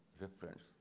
reference